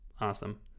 awesome